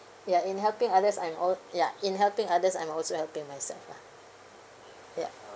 ya in helping others I'm al~ ya in helping others I'm also helping myself lah ya